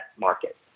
market